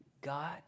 God